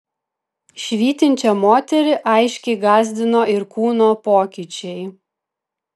švytinčią moterį aiškiai gąsdino ir kūno pokyčiai